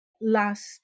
last